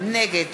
נגד